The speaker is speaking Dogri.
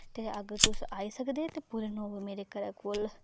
ते अगर तुस आई सकदे ते पूरे नौ बजे मेरे घरै कोल